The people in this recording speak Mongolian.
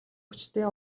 хүчтэй